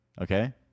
Okay